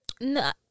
No